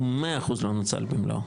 הוא מאה אחוז לא נוצל במלואו,